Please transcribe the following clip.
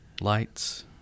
Lights